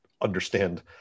understand